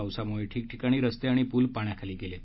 पावसामुळे ठिकठिकाणी रस्ते आणि पूल पाण्याखाली गेले आहेत